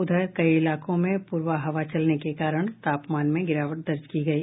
उधर कई इलाकों में पूरबा हवा चलने के कारण तापमान में गिरावट दर्ज की गयी